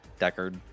Deckard